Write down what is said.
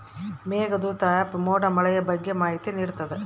Meghdoot app ಮೋಡ ಮಳೆಯ ಬಗ್ಗೆ ಮಾಹಿತಿ ನಿಡ್ತಾತ